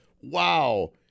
wow